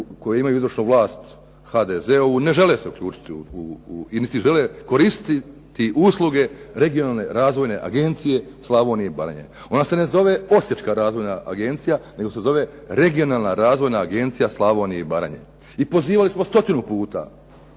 koje imaju izvršnu vlast HDZ-ovu ne žele se uključiti i niti žele koristiti usluge Regionalne agencije Slavonije i Baranje. Ona se ne zove Osječka razvojna agencija, nego se zove Regionalna razvojna agencija Slavonije i Baranje. I pozivali smo stotinu puta